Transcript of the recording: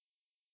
mmhmm